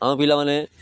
ଆମ ପିଲାମାନେ